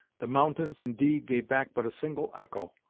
the mountains, indeed, gave back but a single echo.